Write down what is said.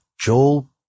Joel